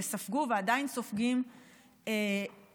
וספגו ועדיין סופגים אלימות,